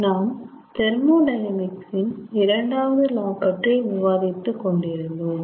நாம் தெர்மோடையனாமிக்ஸ் இன் இரண்டாவது லா பற்றி விவாதித்து கொண்டு இருந்தோம்